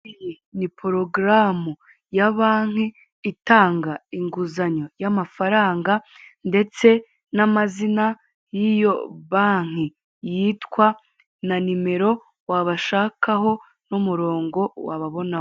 Ni porogarame ya banki itanga inga inguzanyo y'amafaranga ndetse n'amazi y'iyo banki, yitwa na nimero wabashakaho n'umuronko wababonaho.